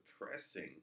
depressing